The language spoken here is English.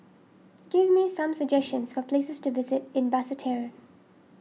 give me some suggestions for places to visit in Basseterre